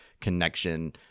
connection